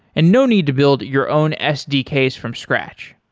and no need to build your own sdks from scratch.